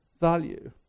value